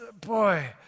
boy